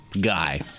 Guy